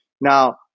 Now